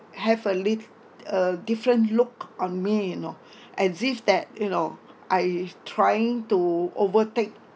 have a lit~ uh different look on me you know as if that you know I trying to overtake